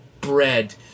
bread